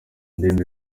indirimbo